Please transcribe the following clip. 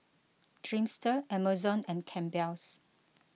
Dreamster Amazon and Campbell's